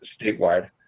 statewide